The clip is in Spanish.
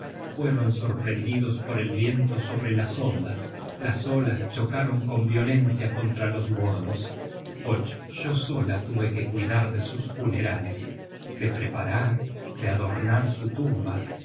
fueron sorprendidos por el viento sobre las ondas las olas chocaron con violencia contra los bordos yo sola tuve que cuidar de sus funerales de preparar de adornar su tumba